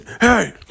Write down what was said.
hey